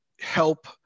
help